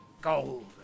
Gold